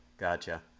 Gotcha